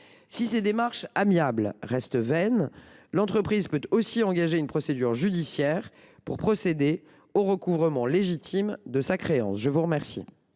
Si les démarches amiables restent vaines, l’entreprise peut en outre engager une procédure judiciaire pour procéder au recouvrement, légitime, de sa créance. J’ajoute,